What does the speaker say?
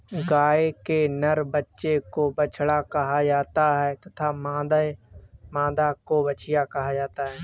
गाय के नर बच्चे को बछड़ा कहा जाता है तथा मादा को बछिया कहा जाता है